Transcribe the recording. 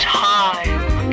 time